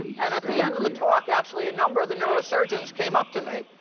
and at the end of the talk, actually, a number of the neurosurgeons came up to me.